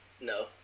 No